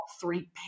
three